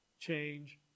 change